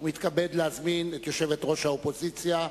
ומתכבד להזמין את יושבת-ראש האופוזיציה,